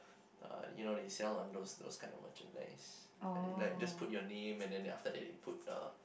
uh you know they sell on those those kind of merchandise like just put your name and then after that they put the